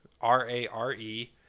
r-a-r-e